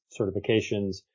certifications